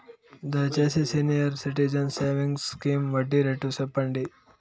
దయచేసి senior citizens savings scheme వడ్డీ rate సెప్పండి